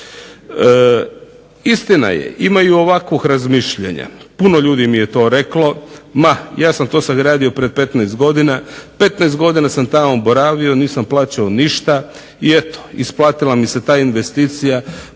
Istina je ima i ovakvog razmišljanja, puno ljudi mi je to reklo, ja sam to sagradio prije 15 godina, 15 godina sam tamo boravio nisam platio ništa, eto isplatila mi se ta investicija